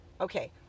Okay